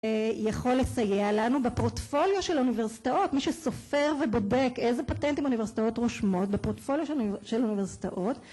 יכול לסייע לנו בפרוטפוליו של אוניברסיטאות, מי שסופר ובודק איזה פטנטים האוניברסיטאות רושמות בפרוטפוליו של אוניברסיטאות